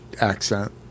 accent